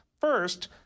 first